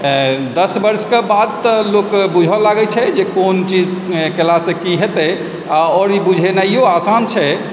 दस वर्ष के बाद तऽ लोक बुझै लागै छै जे कोन चीज केलासँ की हेतै आओर आओर ई बुझेनाइयो आसान छै